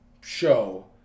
show